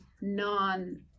non